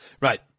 Right